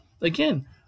again